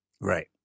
Right